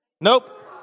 Nope